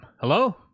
hello